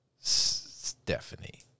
Stephanie